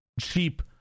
cheap